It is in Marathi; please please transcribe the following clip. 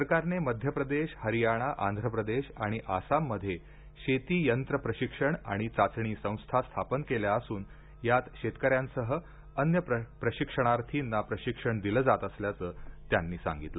सरकारने मध्य प्रदेश हरियाणा आंध्र प्रदेश आणि आसाम मध्ये चार शेती यंत्र प्रशिक्षण आणि चाचणी संस्था स्थापन केल्या असून यात शेतकऱ्यांसह अन्य प्रशिक्षणार्थींना प्रशिक्षण दिलं जात असल्याचं त्यांनी सांगितलं